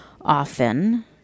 often